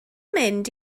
mynd